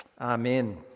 Amen